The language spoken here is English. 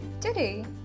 Today